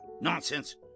Nonsense